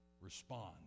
respond